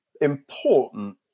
important